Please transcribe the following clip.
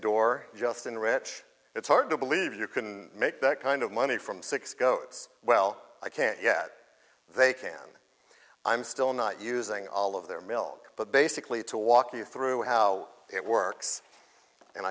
door just in rich it's hard to believe you can make that kind of money from six goes well i can't yet they can i'm still not using all of their milk but basically to walk you through how it works and